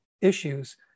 issues